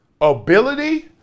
ability